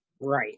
right